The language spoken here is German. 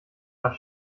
nach